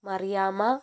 Mariyamma